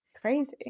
Crazy